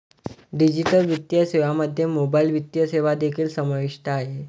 digital वित्तीय सेवांमध्ये mobile वित्तीय सेवा देखील समाविष्ट आहेत